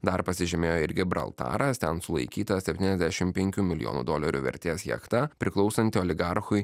dar pasižymėjo ir gibraltaras ten sulaikyta septyniasdešim penkių milijonų dolerių vertės jachta priklausanti oligarchui